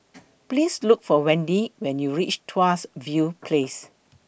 Please Look For Wendy when YOU REACH Tuas View Place